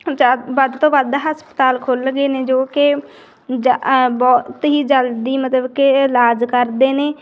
ਚਾ ਵੱਧ ਤੋਂ ਵੱਧ ਹਸਪਤਾਲ ਖੁੱਲ੍ਹ ਗਏ ਨੇ ਜੋ ਕਿ ਤੁਸੀਂ ਜਲਦੀ ਮਤਲਬ ਕਿ ਇਲਾਜ ਕਰਦੇ ਨੇ